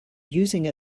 using